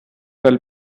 well